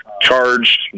charged